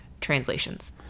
translations